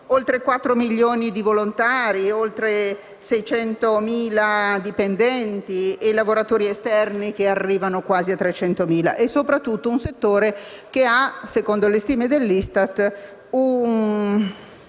oltre 4 milioni di volontari e oltre 600.000 dipendenti e lavoratori esterni che arrivano quasi a 300.000. Si tratta di un settore che, secondo le stime dell'ISTAT, dà